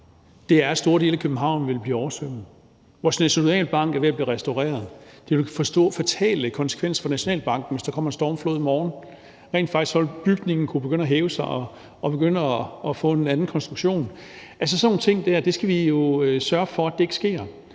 er, at store dele af København vil blive oversvømmet. Vores nationalbank er ved at blive restaureret. Det vil få fatale konsekvenser for Nationalbanken, hvis der kommer en stormflod i morgen. Rent faktisk vil bygningen kunne begynde at hæve sig og begynde at få en anden konstruktion. Altså, sådan nogle ting der skal vi jo sørge for ikke sker,